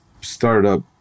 startup